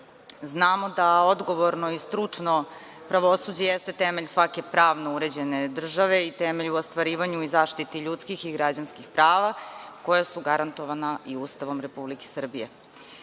znamo da odgovorno i stručno pravosuđe jeste temelj svake pravno uređene države i temelj u ostvarivanju i zaštiti ljudskih i građanskih prava koja su garantovana i Ustavom Republike